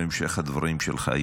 בהמשך לדברים שלך,